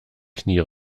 knie